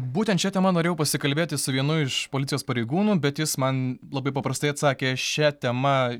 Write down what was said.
būtent šia tema norėjau pasikalbėti su vienu iš policijos pareigūnų bet jis man labai paprastai atsakė šia tema